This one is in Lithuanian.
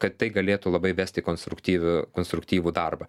kad tai galėtų labai vesti konstruktyvių konstruktyvų darbą